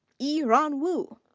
yiran wu.